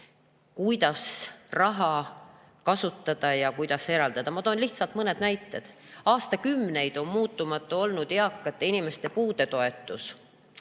kuidas raha kasutada ja kuidas eraldada. Ma toon lihtsalt mõned näited: aastakümneid on muutumatu olnud eakate inimeste puudetoetus.